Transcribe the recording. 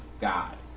God